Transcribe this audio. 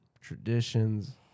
Traditions